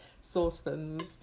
saucepans